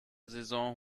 saison